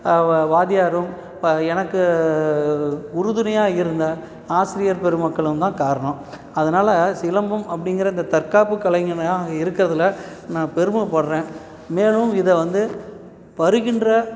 வாத்தியாரும் எனக்கு உறுதுணையாக இருந்த ஆசிரியர் பெருமக்களுந்தான் காரணோம் அதனால சிலம்பம் அப்படிங்குற இந்த தற்காப்பு கலைஞனாக இருக்கறதில் நான் பெருமைப்பட்றேன் மேலும் இதை வந்து வருகின்ற